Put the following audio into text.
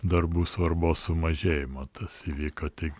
darbų svarbos sumažėjimo tas įvyko tik